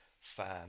fan